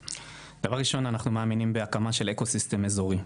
דבר ראשון אנחנו מאמינים בהקמה של אקו סיסטם אזורי.